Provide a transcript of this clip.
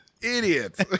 idiots